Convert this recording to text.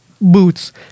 Boots